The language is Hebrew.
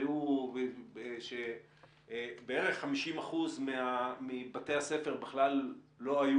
והוא שבערך 50% מבתי הספר בכלל לא היו